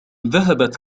ذهبت